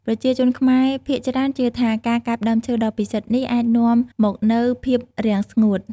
ប្រជាជនខ្មែរភាគច្រើនជឿថា ការកាប់ដើមឈើដ៏ពិសិដ្ឋនេះអាចនាំមកនូវភាពរាំងស្ងួត។